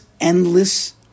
endless